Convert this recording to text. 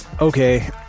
Okay